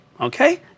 Okay